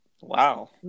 Wow